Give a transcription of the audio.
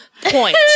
point